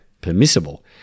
permissible